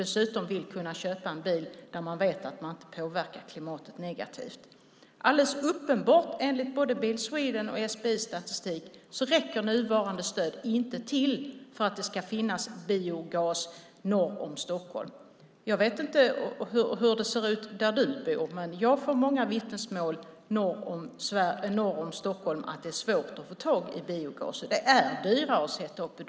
Dessutom vill de kunna köpa en bil som de vet inte påverkar klimatet negativt. Enligt både Bil Sweden och SPI:s statistik räcker det nuvarande stödet inte till för att det ska finnas biogas norr om Stockholm. Det är alldeles uppenbart. Jag vet inte hur det ser ut där Sten Bergheden bor, men jag får många vittnesmål norr om Stockholm om att det är svårt att få tag i biogas. Det är dyrare att sätta upp biogaspumpar.